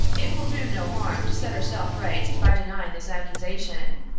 it will do no harm to set herself right by denying this accusation,